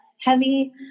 heavy